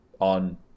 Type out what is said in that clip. on